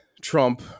Trump